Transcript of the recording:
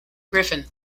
griffin